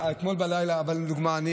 אבל אתמול בלילה לדוגמה,